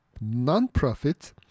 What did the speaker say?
non-profit